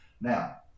Now